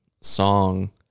song